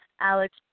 Alex